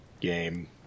game